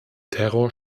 terror